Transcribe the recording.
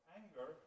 anger